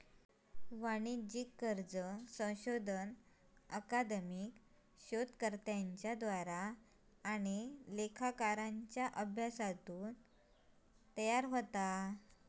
वाणिज्यिक कर्ज संशोधन अकादमिक शोधकर्त्यांच्या द्वारा आणि लेखाकारांच्या अभ्यासातून तयार होता